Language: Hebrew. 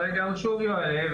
עולה,